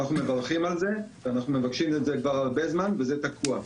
ואנחנו מברכים על זה ואנחנו מבקשים את זה כבר הרבה זמן אבל זה תקוע.